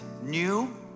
new